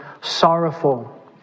sorrowful